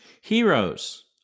Heroes